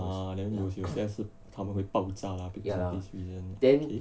ah then 有有些是他们会爆炸啦 because of this reason